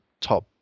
top